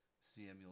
Samuel